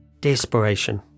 Desperation